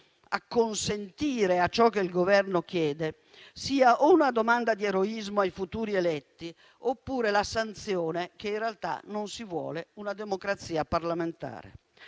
acconsentire a ciò che il Governo chiede, sia o una domanda di eroismo ai futuri eletti oppure la sanzione che in realtà non si vuole una democrazia parlamentare.